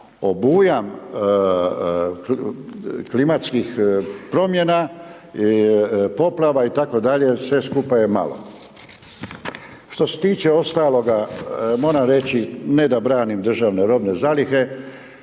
obujam klimatskih promjena, poplava itd., sve skupa je malo. Što se tiče ostaloga, moram reći, ne da branim državne robne zalihe,